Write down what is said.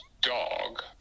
dog